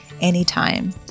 anytime